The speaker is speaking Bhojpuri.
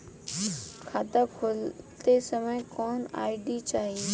खाता खोलत समय कौन आई.डी चाही?